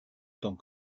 tant